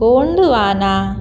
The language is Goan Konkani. कोंडवाना